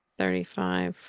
thirty-five